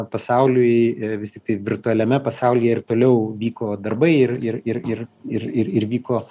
pasauliui vis tiktai virtualiame pasaulyje ir toliau vyko darbai ir ir ir ir ir ir ir vyko